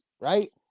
right